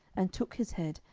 and took his head,